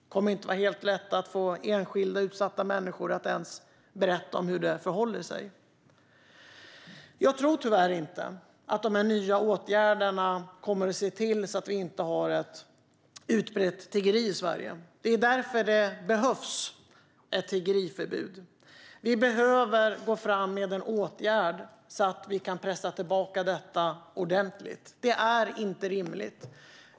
Det kommer inte att vara helt lätt att få enskilda utsatta människor att ens berätta om hur det förhåller sig. Jag tror tyvärr inte att de nya åtgärderna kommer att leda till att vi inte har utbrett tiggeri i Sverige. Det är därför det behövs ett tiggeriförbud. Vi behöver gå fram med en åtgärd så att vi kan pressa tillbaka detta ordentligt. Det är inte rimligt.